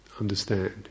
understand